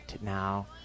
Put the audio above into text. now